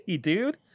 dude